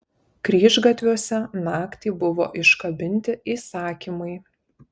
kryžgatviuose naktį buvo iškabinti įsakymai